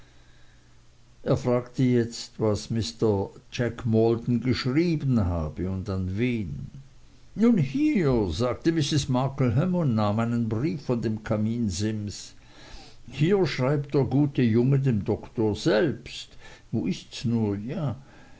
er fragte jetzt was jack maldon geschrieben habe und an wen nun hier sagte mrs markleham und nahm einen brief von dem kaminsims hier schreibt der gute junge dem doktor selbst wo ists nur ja